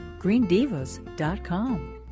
greendivas.com